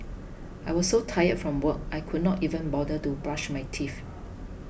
I was so tired from work I could not even bother to brush my teeth